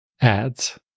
ads